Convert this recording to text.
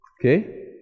okay